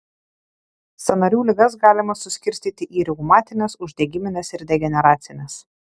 sąnarių ligas galima suskirstyti į reumatines uždegimines ir degeneracines